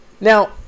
Now